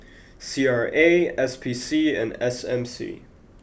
C R A S P C and S M C